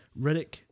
Riddick